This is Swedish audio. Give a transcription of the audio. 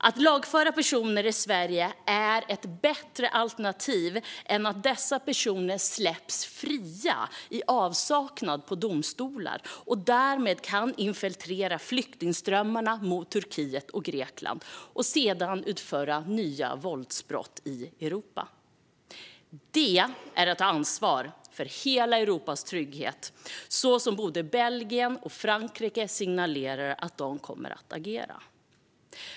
Att lagföra personer i Sverige är ett bättre alternativ än att dessa personer släpps fria i avsaknad av domstolar och därmed kan infiltrera flyktingströmmarna mot Turkiet och Grekland och sedan utföra nya våldsbrott i Europa. Det är att ta ansvar för hela Europas trygghet, och så signalerar både Belgien och Frankrike att de kommer att agera.